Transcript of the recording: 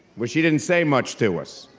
where she didn't say much to us,